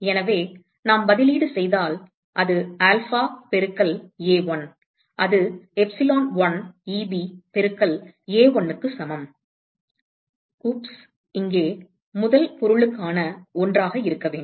எனவே நாம் பதிலீடு செய்தால் அது ஆல்ஃபா பெருக்கல் A1 அது எப்சிலோன்1 Eb பெருக்கல் A1 க்கு சமம் அச்சச்சோ இங்கே முதல் பொருளுக்கான ஒன்றாக இருக்க வேண்டும்